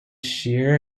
shear